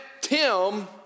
Tim